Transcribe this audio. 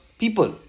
people